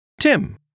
Tim